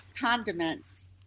condiments